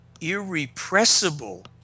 irrepressible